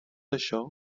això